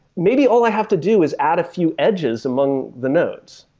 maybe all i have to do is add a few edges among the nodes.